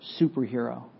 superhero